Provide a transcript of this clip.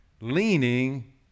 leaning